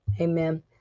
Amen